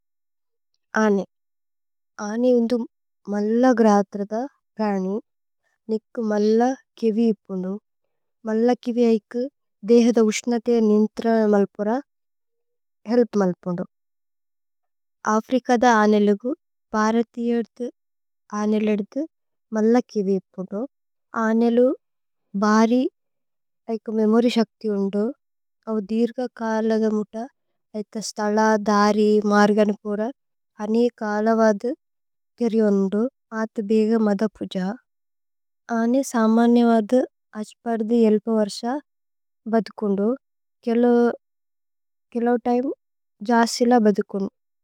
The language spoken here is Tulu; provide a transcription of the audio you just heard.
ആനേ। ആനേ ന്ധുമ് മല്ലഗ്രത്രദ പ്രനി, നിക് മല്ലകിവി പുനു, മല്ലകിവി ഐകു ദേഹ ദ ഉശ്നഥ്യ നിന്ത്ര മല്പുര ഹേല്പ് മല്പുനു। അഫ്രികദ ആനേ ലുഗു പരഥിയദു ആനേ ലുഗു മല്ലകിവി പുനു, ആനേ ലുഗു ബരി ഐകു മേമോരി ശക്ഥി ഉന്ദു। ആനേ ന്ധുമ് മല്ലകിവി പുനു, മല്ലകിവി പുനു, മല്ലകിവി പുനു, മല്ലകിവി പുനു।